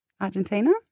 Argentina